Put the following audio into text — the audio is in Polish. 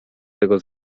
tego